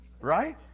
right